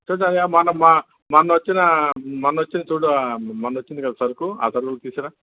చూడు అయ్యా మొన్న మ మొన్న వచ్చిన మొన్న వచ్చింది చూడు మొన్న వచ్చింది కదా సరుకు ఆ సరుకు తీసుకోరా